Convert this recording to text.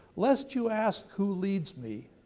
lest you ask who leads me,